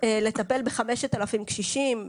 לטפל ב-5,000 קשישים,